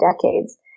decades